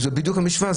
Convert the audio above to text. זו בדיוק המשוואה,